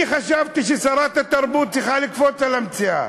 אני חשבתי ששרת התרבות צריכה לקפוץ על המציאה.